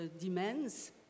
demands